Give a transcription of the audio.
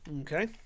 Okay